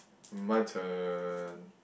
my turn